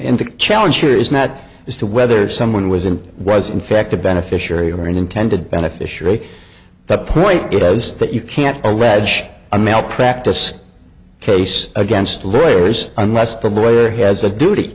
and the challenge here is not as to whether someone was and was in fact the beneficiary or intended beneficiary the point it is that you can't allege a malpractise case against lawyers unless the lawyer has a duty